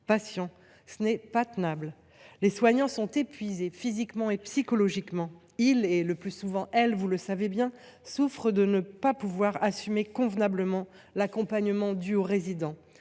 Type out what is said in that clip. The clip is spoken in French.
patients. Ce n’est pas tenable ! Les soignants sont épuisés physiquement et psychologiquement. Ils – le plus souvent, elles, vous le savez bien – souffrent de ne pouvoir assumer convenablement l’accompagnement dû aux résidents.